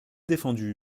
défendu